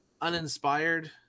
uninspired